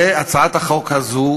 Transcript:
הצעת החוק הזאת,